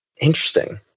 Interesting